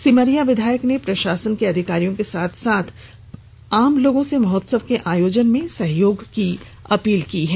सिमरिया विधायक ने प्रशासन के अधिकारियों के साथ साथ आम लोगों से महोत्सव के आयोजन में सहयोग की अपील की है